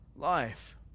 life